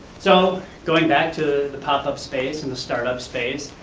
so going back to the pop-up space and the startup space,